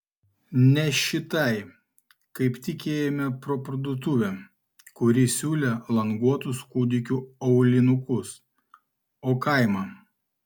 ne šitai kaip tik ėjome pro parduotuvę kuri siūlė languotus kūdikių aulinukus o kaimą